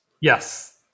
Yes